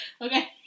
Okay